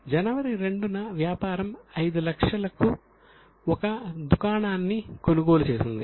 జనవరి 2 న వ్యాపారం 500000 కు ఒక దుకాణాన్ని కొనుగోలు చేసింది